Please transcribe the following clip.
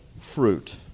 fruit